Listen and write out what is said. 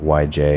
yj